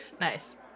Nice